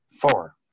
four